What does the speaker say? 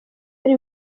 ari